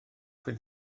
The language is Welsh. fydd